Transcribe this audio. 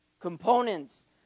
Components